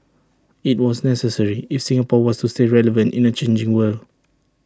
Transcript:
IT was necessary if Singapore was to stay relevant in A changing world